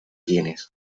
tienes